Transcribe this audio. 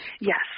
Yes